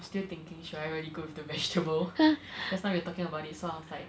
still thinking should I really go with the vegetable just now we were talking about it so I was like